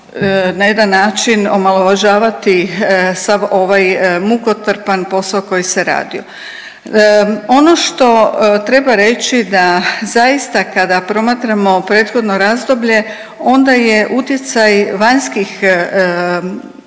na jedan način omalovažavati sav ovaj mukotrpan posao koji se radio. Ono što treba reći da zaista kada promatramo prethodno razdoblje onda je utjecaj vanjskih,